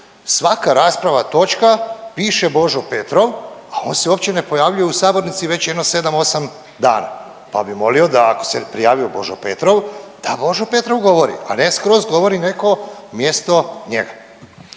Svaka rasprava, točka piše Božo Petrov, a on se uopće ne pojavljuje u sabornici već jedno 7, 8 dana pa bih molio da ako se prijavio Božo Petrov, da Božo Petrov govori, a ne skroz govori netko mjesto njega.